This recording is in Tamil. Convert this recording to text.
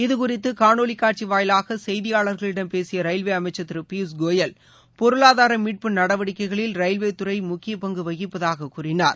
இது குறித்து காணொலி காட்சி வாயிலாக செய்தியாளர்களிடம் பேசிய ரயில்வே அமைச்சர் திரு பியூஷ் கோயல் பொருளாதார மீட்பு நடவடிக்கைகளில் ரயில்வே துறை முக்கிய பங்கு வகிப்பதாக கூறினார்